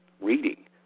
reading